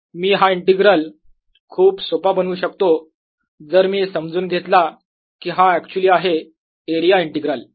A00z04πyKδzx2y2z z2dxdydz0K4πy∬ ∞dxdyx2y2z2 मी हा इंटीग्रल खूप सोपा बनवू शकतो जर मी समजून घेतला की हा ऍक्च्युली आहे एरिया इंटीग्रल